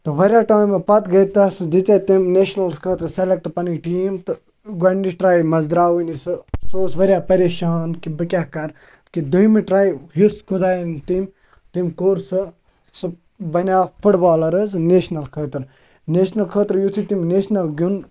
تہٕ واریاہ ٹایمہٕ پَتہٕ گٔے تَس دِژے تٔمۍ نیشنَلَس خٲطرٕ سِلٮ۪کٹ پَنٕنۍ ٹیٖم تہٕ گۄڈٕنِچ ٹرٛاے منٛز درٛاوٕے نہٕ سُہ سُہ اوس واریاہ پریشان کہِ بہٕ کیٛاہ کَرٕ کہِ دوٚیِمہِ ٹرٛاے ہیٚژھ خۄدایَن تٔمۍ تٔمۍ کوٚر سُہ سُہ بَنیو فُٹ بالَر حظ نیشنَل خٲطرٕ نیشنَل خٲطرٕ یُتھُے تٔمۍ نیشنَل گِیُنٛد